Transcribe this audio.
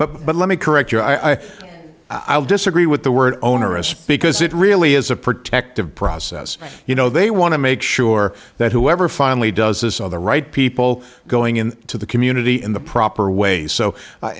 but but let me correct you i i would disagree with the word onerous because it really is a protective process you know they want to make sure that whoever finally does this all the right people going in to the community in the proper way so